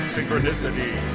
Synchronicity